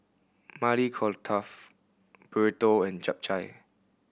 Maili Kofta Burrito and Japchae